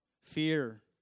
fear